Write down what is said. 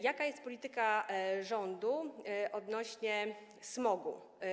Jaka jest polityka rządu odnośnie do smogu?